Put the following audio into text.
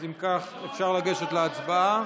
אם כך, אפשר לגשת להצבעה.